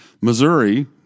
Missouri